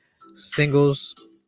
singles